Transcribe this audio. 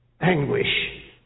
Anguish